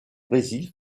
brésil